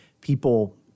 people